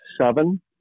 seven